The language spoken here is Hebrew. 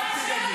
אני אגיד לך.